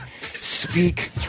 speak